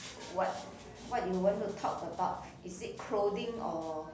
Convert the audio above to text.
what what do you want to talk about is it clothing or